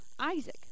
Isaac